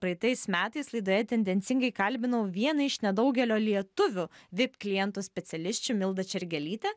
praeitais metais laidoje tendencingai kalbinau vieną iš nedaugelio lietuvių vip klientų specialisčių mildą čergelytę